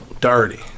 Dirty